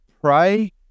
pray